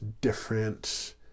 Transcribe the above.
different